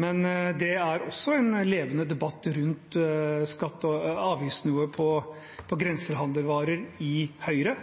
men det er også en levende debatt rundt avgiftsnivået på grensehandelsvarer i Høyre.